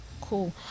Cool